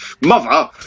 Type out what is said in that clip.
mother